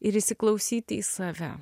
ir įsiklausyti į save